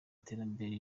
terambere